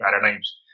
paradigms